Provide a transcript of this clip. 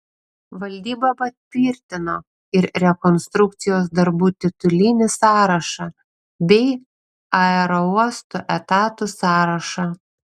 valdyba patvirtino ir rekonstrukcijos darbų titulinį sąrašą bei aerouosto etatų sąrašą